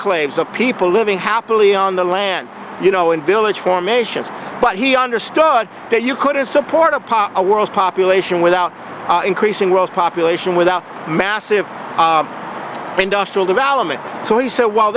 enclaves of people living happily on the land you know in village formations but he understood that you couldn't support a pop world population without increasing world population without massive industrial development so he said well